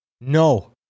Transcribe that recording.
no